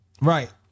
Right